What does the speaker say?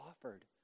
offered